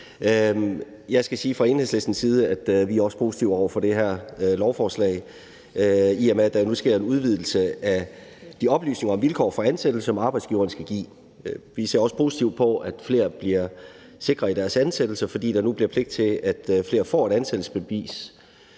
Jeg skal sige fra Enhedslistens side, at vi også er positive over for det her lovforslag, i og med at der nu sker en udvidelse af de oplysninger om og vilkår for ansættelse, som arbejdsgiveren skal give. Vi ser også positivt på, at flere bliver sikre i deres ansættelse, fordi der nu bliver pligt til, at flere får et ansættelsesbevis.